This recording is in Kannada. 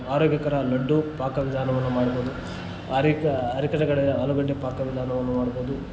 ಆರೋಗ್ಯಕರ ಲಡ್ಡು ಪಾಕ ವಿಧಾನವನ್ನು ಮಾಡ್ಬೌದು ಆಲೂಗಡ್ಡೆ ಪಾಕ ವಿಧಾನವನ್ನು ಮಾಡ್ಬೌದು